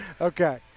Okay